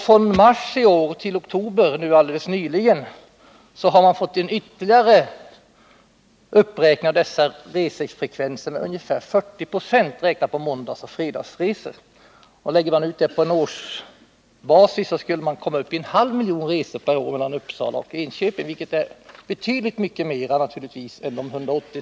Från mars till oktober i år, dvs. fram till alldeles nyligen, har resefrekvensen ökat med ytterligare 40 26 måndagar t.o.m. fredagar. Slår man ut utvecklingen på årsbasis skulle man komma upp till en halv miljon resor per år mellan Uppsala och Enköping, alltså betydligt mycket mer än de 180 000 resor som man tidigare räknade med.